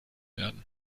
werden